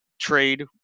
trade